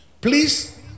Please